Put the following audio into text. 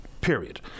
period